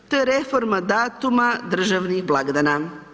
To je reforma datum državnih blagdana.